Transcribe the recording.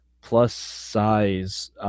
plus-size